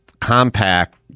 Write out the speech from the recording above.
compact